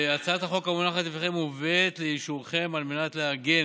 הצעת החוק המונחת לפניכם מובאת לאישורכם על מנת לעגן